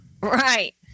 Right